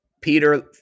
Peter